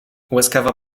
łaskawa